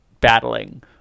battling